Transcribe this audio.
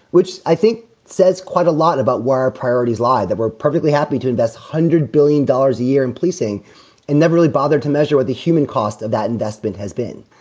which i think says quite a lot about where our priorities lie, that we're perfectly happy to invest a hundred billion dollars a year in policing and never really bother to measure what the human cost of that investment has been.